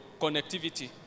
connectivity